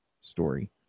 story